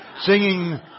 Singing